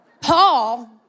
Paul